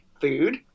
food